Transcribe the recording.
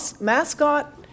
mascot